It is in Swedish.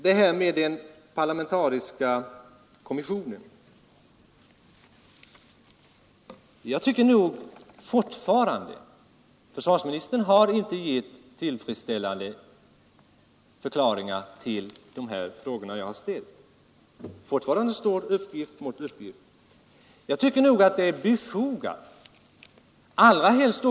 Beträffande den parlamentariska kommissionen tycker jag att det fortfarande står uppgift mot uppgift. Försvarsministern har inte givit tillfredsställande förklaringar på de frågor jag ställde.